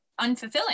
unfulfilling